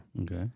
Okay